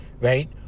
right